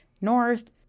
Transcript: North